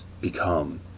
become